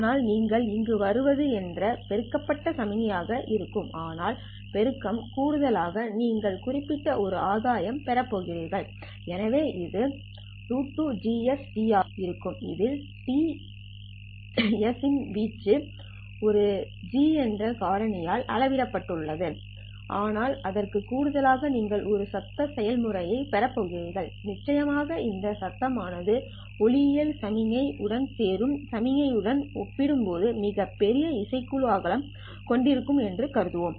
ஆனால் நீங்கள் இங்கு வருவது ஒரு பெருக்கப்பட்ட சமிக்ஞையாக இருக்கும் ஆனால் பெருக்கம் கூடுதலாக நீங்கள் ஒரு குறிப்பிட்ட ஆதாயம் பெறப் போகிறீர்கள் எனவே இது Gst ஆக இருக்கும் இதில் s இன் வீச்சு ஒரு √G என்ற காரணியால் அளவிடப்பட்டுள்ளது ஆனால் அதற்கு கூடுதலாக நீங்கள் ஒரு சத்தம் செயல்முறையைப் பெறப் போகிறீர்கள் நிச்சயமாக இந்த சத்தம் ஆனது ஒளியியல் சமிக்ஞை உடன் சேரும் சமிக்ஞை உடன் ஒப்பிடும்போது மிகப் பெரிய இசைக்குழு அகலம் கொண்டிருக்கும் என்று கருதுவோம்